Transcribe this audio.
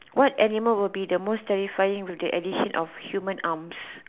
what animal will be the most terrifying with the addition of human arms